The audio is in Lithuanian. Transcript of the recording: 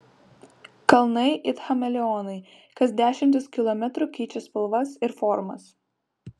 kalnai it chameleonai kas dešimtis kilometrų keičia spalvas ir formas